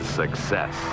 success